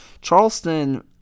Charleston